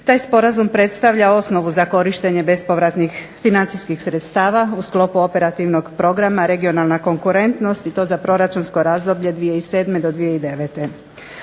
Taj sporazum predstavlja osnovu za korištenje bespovratnih financijskih sredstava u sklopu operativnog programa "Regionalna konkurentnost" i to za proračunsko razdoblje 2007. do 2009.